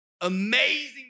Amazing